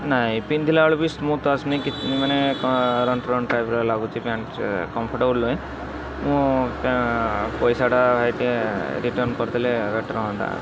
ନାହିଁ ପିନ୍ଧିଲା ବେଳକୁ ବି ସ୍ମୁଥ୍ ଆସୁନି ମାନେ ରଣ୍ଟୁ ରଣ୍ଟୁ ଟାଇପ୍ର ଲାଗୁଛି ପ୍ୟାଣ୍ଟ କମ୍ଫଟେବଲ୍ ନାହିଁ ମୁଁ ପ୍ୟା ପଇସାଟା ସେଥି ପାଇଁ ରିଟର୍ଣ୍ଣ କରି ଦେଲେ ବେଟର୍ ହଅନ୍ତା